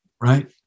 right